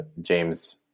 James